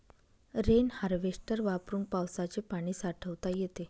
rain harvester वापरून पावसाचे पाणी साठवता येते